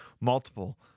multiple